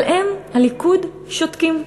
אבל הם, הליכוד, שותקים.